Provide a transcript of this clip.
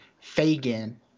fagan